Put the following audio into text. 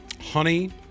honey